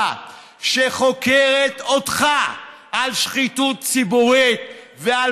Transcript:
שחוקרת אותך על שחיתות ציבורית ועל